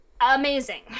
amazing